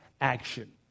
action